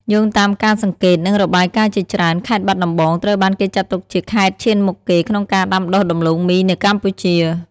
យោងតាមការសង្កេត និងរបាយការណ៍ជាច្រើន ខេត្តបាត់ដំបង ត្រូវបានគេចាត់ទុកជាខេត្តឈានមុខគេក្នុងការដាំដុះដំឡូងមីនៅកម្ពុជា។